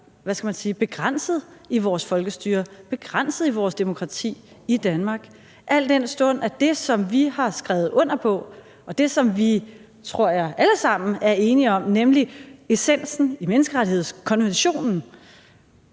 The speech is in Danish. hvad skal man sige, begrænset i vores folkestyre, begrænset i vores demokrati i Danmark, al den stund at det, som vi har skrevet under på, og det, som vi alle sammen, tror jeg, er enige om, nemlig essensen i Menneskerettighedskonventionen,